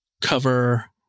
cover